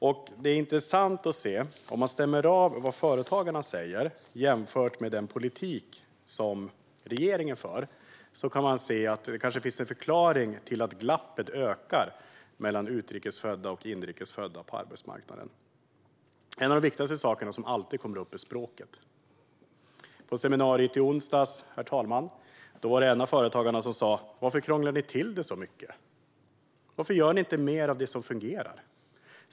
Om man stämmer av vad företagarna säger med den politik som regeringen för är det intressant att se att det kanske finns en förklaring till att glappet mellan utrikes födda och inrikes födda ökar på arbetsmarknaden. En av de viktigaste sakerna som alltid kommer upp är språket. På seminariet i onsdags sa en av företagarna: "Varför krånglar ni till det så mycket? Varför gör ni inte mer av det som fungerar?